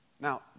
Now